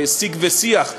לשיג ולשיח,